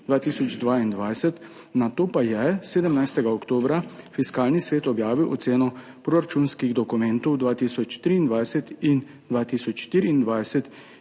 2022, nato pa je 17. oktobra Fiskalni svet objavil oceno proračunskih dokumentov 2023 in 2024